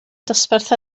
dosbarth